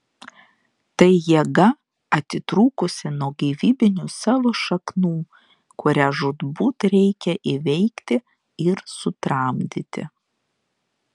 tai jėga atitrūkusi nuo gyvybinių savo šaknų kurią žūtbūt reikia įveikti ir sutramdyti